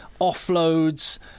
offloads